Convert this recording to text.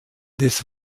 des